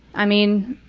i mean,